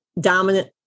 dominant